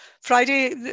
Friday